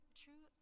true